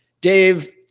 Dave